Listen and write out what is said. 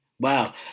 Wow